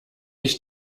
ich